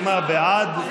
העץ.